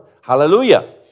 Hallelujah